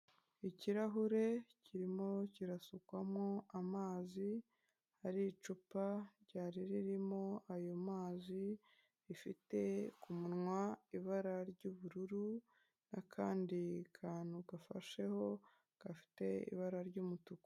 Ikirahure kirimo kirasukwamo amazi hari icupa ryari ririmo ayo mazi rifite ku munwa ibara ry'ubururu n'akandi kantu gafasheho gafite ibara ry'umutuku.